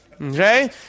Okay